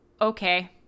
Okay